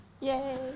Yay